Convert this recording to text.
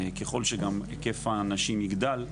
ככל שגם היקף הנשים יגדל,